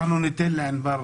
אנחנו ניתן לענבר